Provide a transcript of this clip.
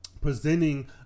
presenting